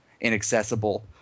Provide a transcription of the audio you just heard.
inaccessible